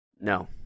No